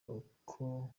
uko